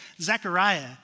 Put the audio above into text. Zechariah